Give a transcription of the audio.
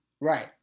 Right